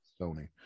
sony